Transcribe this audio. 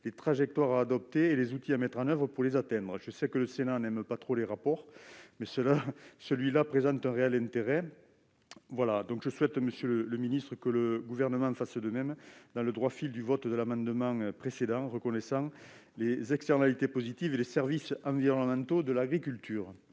les trajectoires à adopter et les outils à mettre en place pour les atteindre. Je sais que le Sénat n'aime pas trop les rapports, mais celui-ci présenterait un réel intérêt. Monsieur le ministre, je souhaite que le Gouvernement nous suive, dans le droit fil du vote de l'amendement précédent reconnaissant les externalités positives et les services environnementaux de l'agriculture.